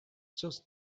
just